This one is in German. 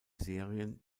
serien